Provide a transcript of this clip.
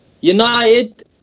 United